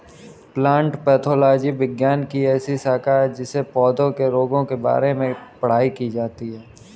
plant pathology विज्ञान की ऐसी शाखा है जिसमें पौधों के रोगों के बारे में पढ़ाई की जाती है